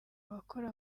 bakora